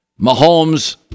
Mahomes